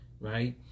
right